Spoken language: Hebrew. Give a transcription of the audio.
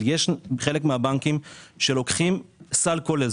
אבל חלק מהבנקים לוקחים סל כולל,